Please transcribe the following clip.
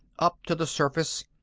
up to the surface.